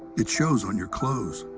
it shows on your clothes.